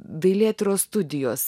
dailėtyros studijos